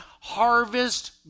harvest